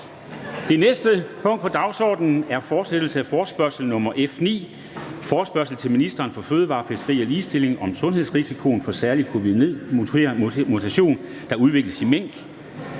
Det første punkt på dagsordenen er: 1) Fortsættelse af forespørgsel nr. F 9 [afstemning]: Forespørgsel til ministeren for fødevarer, fiskeri og ligestilling om sundhedsrisikoen fra den særlige covid-19-mutation, der udvikles i mink.